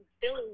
Billy